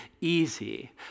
easy